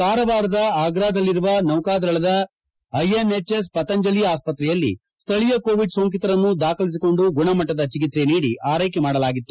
ಕಾರವಾರದ ಆರ್ಗಾದಲ್ಲಿರುವ ನೌಕಾದಳದ ಐಎನ್ಎಚ್ಎಸ್ ಪತಂಜಲಿ ಆಸ್ತಕ್ರೆಯಲ್ಲಿ ಸ್ಥಳೀಯ ಕೊವಿಡ್ ಸೊಂಕಿತರನ್ನು ದಾಖಲಿಸಿಕೊಂಡು ಗುಣಮಟ್ಟದ ಚಿಕಿತ್ಸೆ ನೀಡಿ ಆರೈಕೆ ಮಾಡಲಾಗಿತ್ತು